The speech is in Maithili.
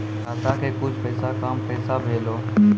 खाता के कुछ पैसा काम कैसा भेलौ?